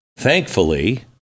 Thankfully